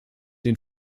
den